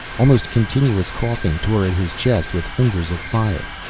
almost continuous coughing tore at his chest with fingers of fire.